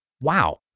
Wow